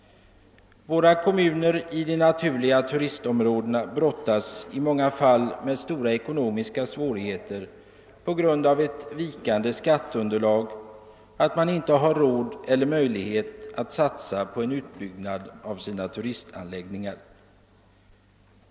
Våra kommuner i de naturliga turistområdena brottas i många fall med så stora ekonomiska svårigheter på grund av ett vikande skatteunderlag, att de inte har råd eller möjlighet att satsa på en utbyggnad av sina turistanläggningar.